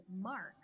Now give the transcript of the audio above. mark